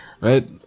right